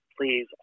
Please